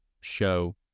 show